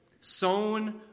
sown